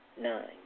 nine